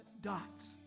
dots